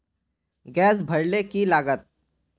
Gas भरले की लागत?